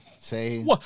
Say